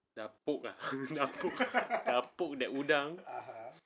dah poke ah dah poke the udang